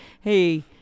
hey